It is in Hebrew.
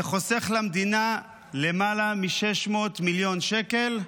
זה חוסך למדינה למעלה מ-600 מיליון שקל,